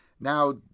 Now